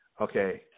okay